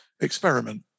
experiment